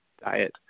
diet